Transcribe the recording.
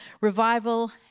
revival